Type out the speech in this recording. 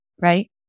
right